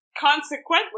Consequently